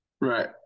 Right